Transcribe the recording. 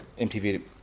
MTV